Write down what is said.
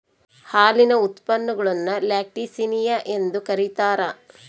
ಹಾಲಿನ ಉತ್ಪನ್ನಗುಳ್ನ ಲ್ಯಾಕ್ಟಿಸಿನಿಯ ಎಂದು ಕರೀತಾರ